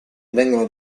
vengono